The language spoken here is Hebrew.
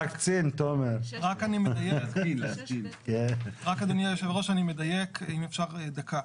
רק אדוני היושב-ראש, אני מדייק, אם אפשר דקה.